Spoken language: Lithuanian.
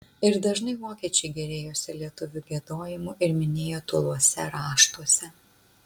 ir dažnai vokiečiai gėrėjosi lietuvių giedojimu ir minėjo tūluose raštuose